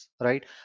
right